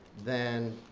than